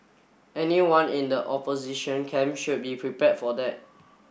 anyone in the opposition camp should be prepared for that